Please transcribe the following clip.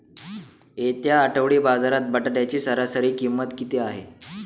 येत्या आठवडी बाजारात बटाट्याची सरासरी किंमत किती आहे?